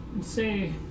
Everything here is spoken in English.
say